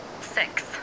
six